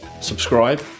subscribe